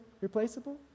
replaceable